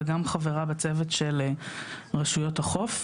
וגם חברה בצוות של רשויות החוף.